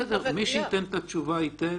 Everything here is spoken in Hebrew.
בסדר, מי שייתן את התשובה ייתן.